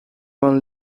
van